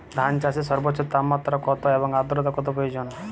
ধান চাষে সর্বোচ্চ তাপমাত্রা কত এবং আর্দ্রতা কত প্রয়োজন?